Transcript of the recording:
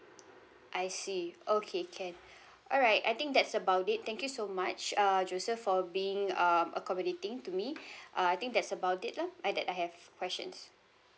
I see okay can alright I think that's about it thank you so much uh joseph for being uh accommodating to me uh I think that's about it lah I that I have questions